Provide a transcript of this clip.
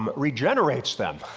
um regenerates them,